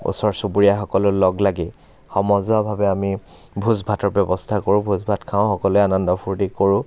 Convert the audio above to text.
ওচৰ চুবুৰীয়া সকলো লগ লাগি সমজুৱাভাৱে আমি ভোজ ভাতৰ ব্য়ৱস্থা কৰোঁ ভোজ ভাত খাওঁ সকলোৱে আনন্দ ফূৰ্তি কৰোঁ